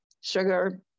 sugar